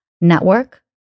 network